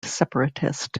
separatist